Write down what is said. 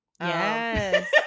yes